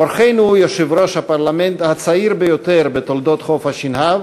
אורחנו הוא יושב-ראש הפרלמנט הצעיר ביותר בתולדות חוף-השנהב.